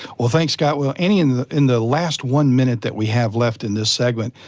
well thanks scott. well anny, in the in the last one minute that we have left in this segment,